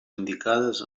indicades